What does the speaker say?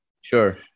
Sure